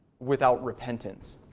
without repentance.